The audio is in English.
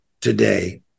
today